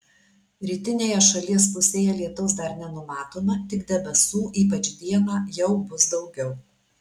rytinėje šalies pusėje lietaus dar nenumatoma tik debesų ypač dieną jau bus daugiau